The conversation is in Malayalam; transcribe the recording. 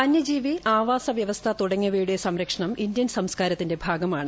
വന്യജീവി ആവാസ വ്യവസ്ഥ തുടങ്ങിയവയുടെ സംരക്ഷണം ഇന്ത്യൻ സംസ്കാരത്തിന്റെ ഭാഗമാണ്